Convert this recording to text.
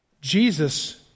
Jesus